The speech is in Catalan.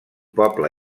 poble